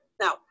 Now